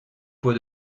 pot